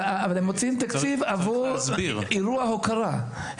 הם מוציאים תקציב עבור אירוע הוקרה.